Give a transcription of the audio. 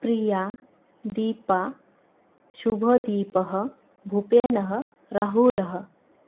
प्रिया दीपा शुभदीपः भूपेनः राहुलः